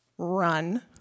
Run